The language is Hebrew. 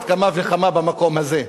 על אחת כמה וכמה במקום הזה.